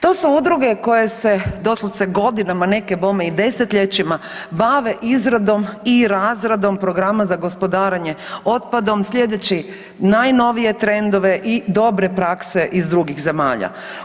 To su udruge koje se doslovce godinama, neke bome i 10-ljećima bave izradom i razradom programa za gospodarenje otpadom slijedeći najnovije trendove i dobre prakse iz drugih zemalja.